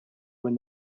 when